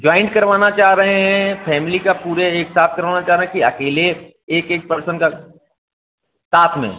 joint करवाना चाह रहे हैं फैमिली का पूर एक साथ करवाना चाह रहे हैं कि अकेले एक एक पर्सन का साथ में